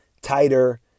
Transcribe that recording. tighter